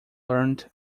learned